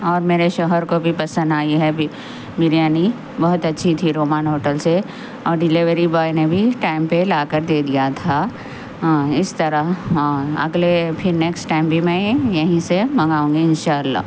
اور میرے شوہر کو بھی پسند آئی ہے بریانی بہت اچھی تھی رومان ہوٹل سے اور ڈیلیوری بوائے نے بھی ٹائم پہ لاکر دے دیا تھا ہاں اس طرح ہاں اگلے پھر نیکس ٹائم بھی میں یہیں سے منگاؤں گی ان شاء اللہ